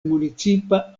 municipa